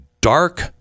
Dark